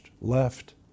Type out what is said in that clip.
left